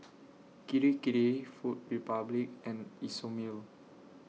Kirei Kirei Food Republic and Isomil